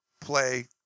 Play